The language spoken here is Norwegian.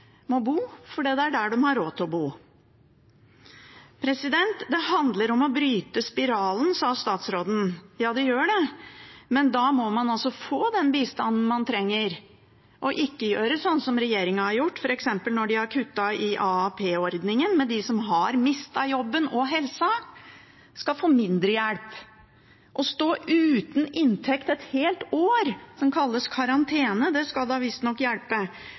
må bo – fordi det er der de har råd til å bo. Det handler om å bryte spiralen, sa statsråden. Ja, det gjør det, men da må man få den bistanden man trenger. Man må ikke gjøre som regjeringen har gjort f.eks. når de har kuttet i AAP-ordningen, når de som har mistet jobben og helsa, skal få mindre hjelp og stå uten inntekt et helt år. Det kalles karantene, og det skal visstnok hjelpe